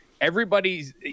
everybody's